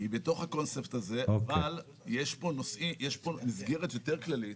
היא בתוך הקונספט הזה, אבל יש פה מסגרת יותר כללית